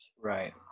Right